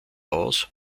aus